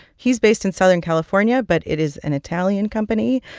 he's based in southern california, but it is an italian company,